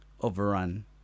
overrun